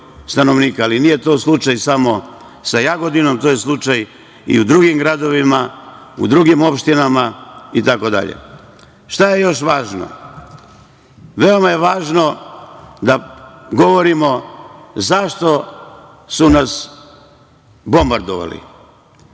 Nije to slučaj samo sa Jagodinom, to je slučaj i drugim gradovima, u drugim opštinama itd. Šta je još važno? Veoma je važno da govorimo zašto su nas bombardovali.